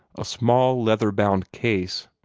a small leather-bound case.